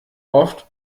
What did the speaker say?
oft